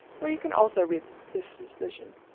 where you can also read this decision.